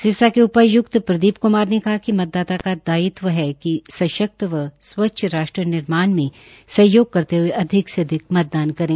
सिरसा के उपायुक्त प्रदीप क्मार ने कहा कि मतदाता का दायित्व है कि सशक्त व स्वच्छ राष्ट्र निर्माझा मं सहयोग करते हये अधिक से अधिक मतदान करें